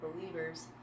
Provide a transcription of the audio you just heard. believers